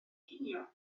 cinio